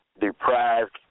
deprived